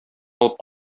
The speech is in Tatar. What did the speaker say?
алып